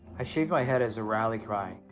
i shaved my head as a rally cry,